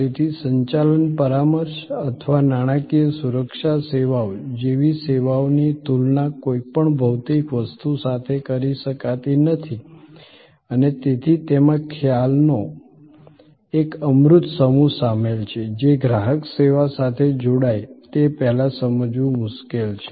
તેથી સંચાલન પરામર્શ અથવા નાણાકીય સુરક્ષા સેવાઓ જેવી સેવાઓની તુલના કોઈપણ ભૌતિક વસ્તુ સાથે કરી શકાતી નથી અને તેથી તેમાં ખ્યાલોનો એક અમૂર્ત સમૂહ સામેલ છે જે ગ્રાહક સેવા સાથે જોડાય તે પહેલાં સમજવું મુશ્કેલ છે